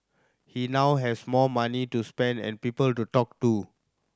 he now has more money to spend and people to talk to